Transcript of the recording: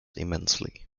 immensely